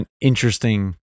interesting